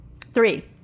Three